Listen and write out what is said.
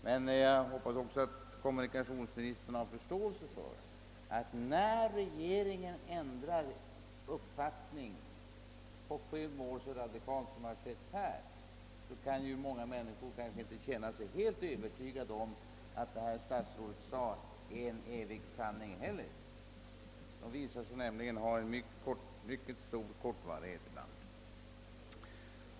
Men jag hoppas att kommunikationsministern också har förståelse för att när regeringen på sju år så radikalt har ändrat uppfattning som i detta fall, så kan många människor inte heller känna sig helt övertygade om att vad statsrådet sagt är någon evig sanning. Sådana sanningar visar sig ju ibland ha mycket kort varaktighet.